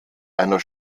einer